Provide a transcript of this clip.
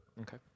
Okay